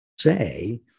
say